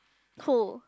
cool